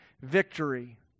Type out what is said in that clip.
victory